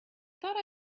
thought